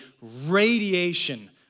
radiation